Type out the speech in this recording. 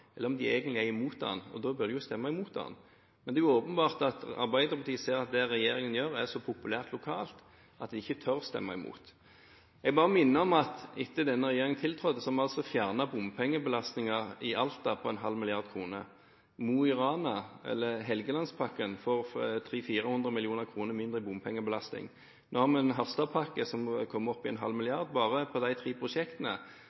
eller om de egentlig er imot den, og da bør de jo stemme imot den. Men det er åpenbart at Arbeiderpartiet ser at det regjeringen gjør, er så populært lokalt at de ikke tør stemme imot. Jeg bare minner om at etter at denne regjeringen tiltrådte, har vi fjernet bompengebelastninger i Alta på 0,5 mrd. kr. Mo i Rana, eller Helgelandspakken, får 300–400 mill. kr mindre i bompengebelastning. Nå har vi en Harstadpakke, som kommer opp i